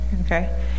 Okay